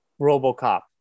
RoboCop